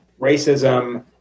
racism